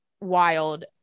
wild